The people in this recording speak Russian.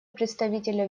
представителя